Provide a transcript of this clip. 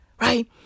Right